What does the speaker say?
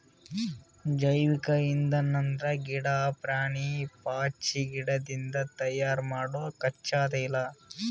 ಜೈವಿಕ್ ಇಂಧನ್ ಅಂದ್ರ ಗಿಡಾ, ಪ್ರಾಣಿ, ಪಾಚಿಗಿಡದಿಂದ್ ತಯಾರ್ ಮಾಡೊ ಕಚ್ಚಾ ತೈಲ